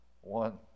One